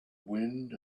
wind